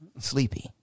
Sleepy